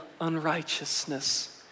unrighteousness